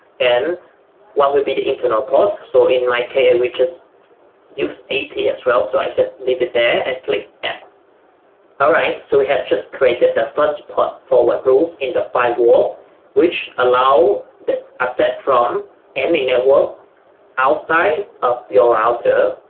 and what will be the internal port so in my case we just use a ts rel so i should leave it there and click add all right so we have just created the first pot forward rules in the firewall which allow the asset from any network outside of your outer-v